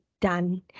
done